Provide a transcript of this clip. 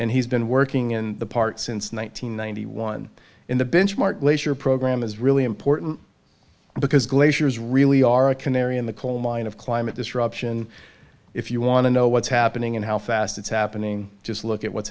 and he's been working in the park since the one nine hundred ninety one in the benchmark glacier program is really important because glaciers really are a canary in the coal mine of climate disruption if you want to know what's happening and how fast it's happening just look at what's